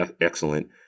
excellent